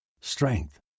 Strength